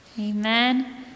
amen